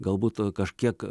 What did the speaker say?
galbūt kažkiek